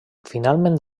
finalment